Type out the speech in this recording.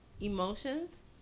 emotions